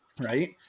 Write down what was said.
Right